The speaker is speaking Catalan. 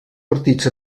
partits